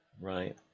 right